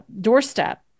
doorstep